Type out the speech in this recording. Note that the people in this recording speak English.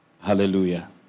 Hallelujah